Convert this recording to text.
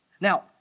Now